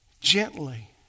Gently